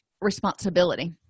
responsibility